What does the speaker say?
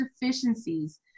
deficiencies